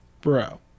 bro